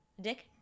Dick